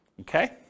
okay